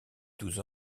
douze